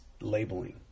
labeling